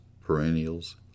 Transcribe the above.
perennials